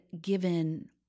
given